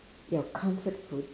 your comfort food